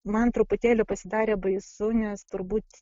man truputėlį pasidarė baisu nes turbūt